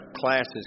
classes